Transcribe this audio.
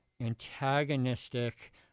antagonistic